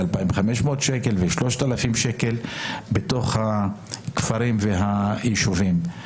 2,500 שקל ו-3,000 שקל בכפרים וביישובים הערביים.